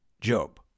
Job